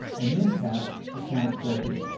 and then tap account settings.